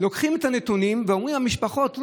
לוקחים את הנתונים ואומרים: המשפחות,